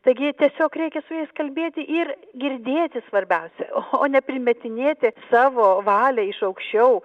taigi tiesiog reikia su jais kalbėti ir girdėti svarbiausia o ne primetinėti savo valią iš aukščiau